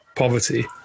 poverty